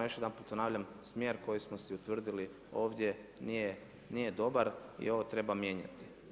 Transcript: Još jedanput ponavljam, smjer koji smo si utvrdili ovdje, nije dobar i ovo treba mijenjati.